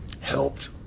helped